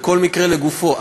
וכל מקרה לגופו,